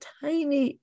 tiny